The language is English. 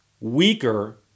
weaker